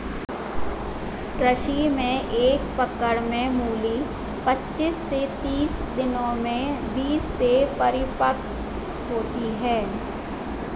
कृषि में एक पकड़ में मूली पचीस से तीस दिनों में बीज से परिपक्व होती है